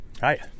Hi